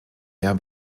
mehr